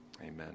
Amen